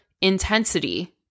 intensity